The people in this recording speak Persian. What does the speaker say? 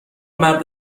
مرد